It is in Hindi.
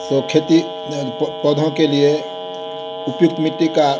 तो खेती पौधों के लिए उपयुक्त मिट्टी का